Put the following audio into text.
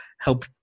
help